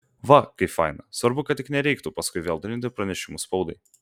va kaip faina svarbu kad tik nereiktų paskui vėl trinti pranešimų spaudai